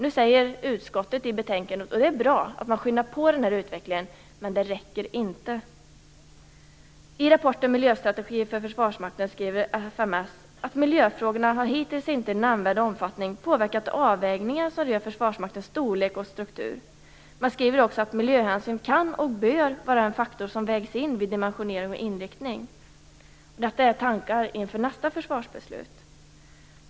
Utskottet säger i betänkandet att man vill skynda på utvecklingen, vilket är bra. Men det räcker inte. I rapporten Miljöstrategi för Försvarsmakten skriver fms: "Miljöfrågorna har hittills inte i nämnvärd omfattning påverkat avvägningar som rör försvarsmaktens storlek och struktur." Vidare skriver man: "Miljöhänsyn kan och bör vara en faktor som vägs in vid dimensionering och inriktning." Detta är tankar inför nästa försvarsbeslut.